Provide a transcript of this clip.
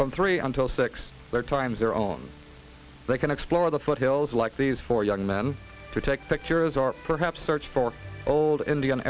from three until six times their own they can explore the foothills like these four young men to take pictures or perhaps search for old indian